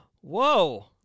Whoa